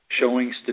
showing